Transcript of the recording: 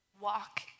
walk